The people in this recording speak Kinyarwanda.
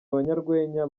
abanyarwenya